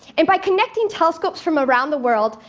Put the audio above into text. and by connecting telescopes from around the world,